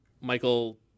Michael